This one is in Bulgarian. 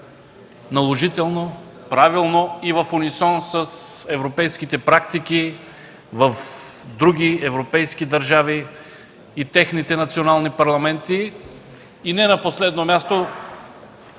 наложително, правилно и в унисон с практиките в други европейски държави и техните национални парламенти, и не на последно място,